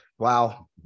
Wow